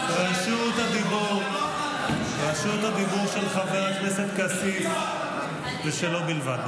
רשות הדיבור היא של חבר הכנסת כסיף ושלו בלבד.